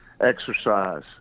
exercise